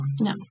No